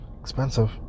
expensive